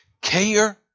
Care